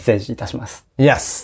Yes